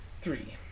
Three